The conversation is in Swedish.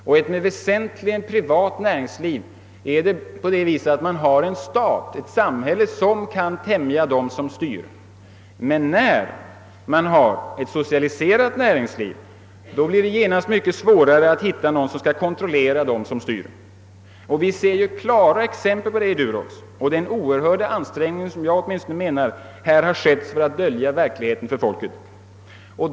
Med ett väsentligen privat näringsliv har man ett samhälle som kan tämja dem som styr, men när man har ett socialiserat näringsliv blir det genast mycket svårare att hitta någon som kan kontrollera dem som styr. Vi ser klara exempel på det i fallet Durox och den oerhörda ansträngning som åtminstone enligt min mening — har gjorts för att dölja verkligheten för folket.